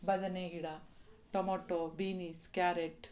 ಬದನೆ ಗಿಡ tomato beans carrot